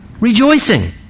rejoicing